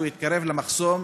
כשהוא התקרב למחסום,